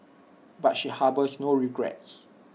but she harbours no regrets